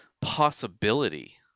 possibility